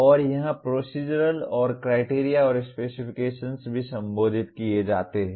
और यहां प्रोसीजरल और क्राइटेरिया और स्पेसिफिकेशन्स भी संबोधित किए जाते हैं